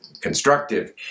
constructive